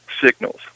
signals